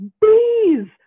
bees